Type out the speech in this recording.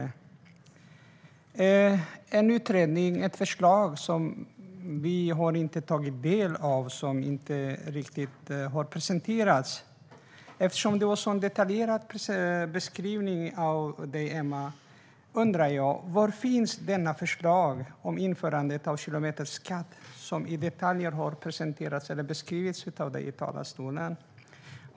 Det är en utredning och ett förslag som vi inte har tagit del av och som inte riktigt har presenterats. Eftersom det var en så detaljerad beskrivning av dig, Emma, undrar jag: Var finns detta förslag om införande av kilometerskatt som i detaljer har beskrivits av dig i talarstolen?